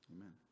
Amen